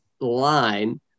line